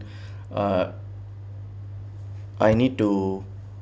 uh I need to